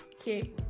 okay